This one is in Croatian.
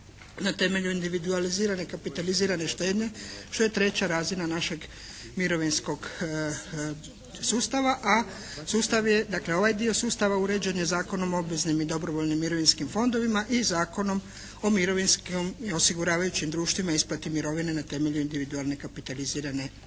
na temelju individualizirane kapitalizirane štednje, što je treća razina našeg mirovinskog sustava. A sustav je dakle, ovaj dio sustava uređen je Zakonom o obveznim i dobrovoljnim mirovinskim fondovima i Zakonom o mirovinskim osiguravajućim društvima i isplati mirovine na temelju individualne kapitalizirane štednje.